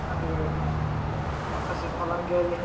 आरो माखासे फालांगियारि